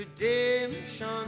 Redemption